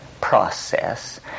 process